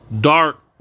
dark